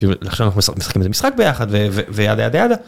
לכן אנחנו משחקים משחק ביחד ויאדה יאדה יאדה.